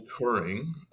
occurring